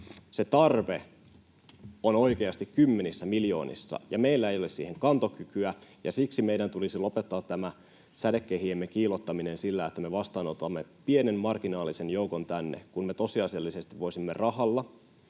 Se tarve on oikeasti kymmenissä miljoonissa, ja meillä ei ole siihen kantokykyä. Siksi meidän tulisi lopettaa tämä sädekehiemme kiillottaminen sillä, että me vastaanotamme pienen marginaalisen joukon tänne, kun me tosiasiallisesti voisimme rahalla